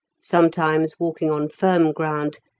sometimes walking on firm ground,